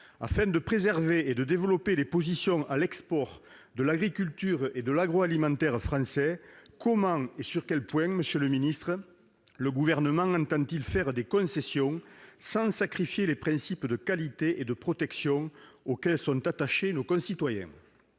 Afin de préserver et de développer les positions à l'export de l'agriculture et de l'agroalimentaire français, comment et sur quels points, monsieur le ministre, le Gouvernement entend-il faire des concessions sans sacrifier les principes de qualité et de protection auxquels sont attachés nos concitoyens ?